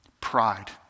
Pride